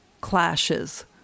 clashes